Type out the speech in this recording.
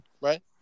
Right